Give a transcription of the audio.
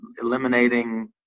eliminating